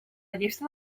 llista